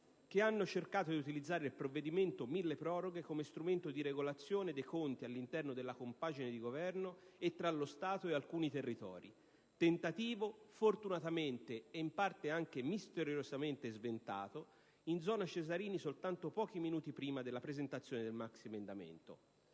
chi ha cercato di utilizzare il provvedimento milleproroghe come strumento di regolazione dei conti all'interno della compagine di Governo, e tra lo Stato e alcuni territori. Tentativo fortunatamente, e in parte anche misteriosamente, sventato in «zona Cesarini», soltanto pochi minuti prima della presentazione del maxiemendamento.